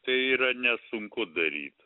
tai yra nesunku daryt